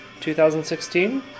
2016